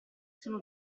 sono